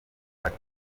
ati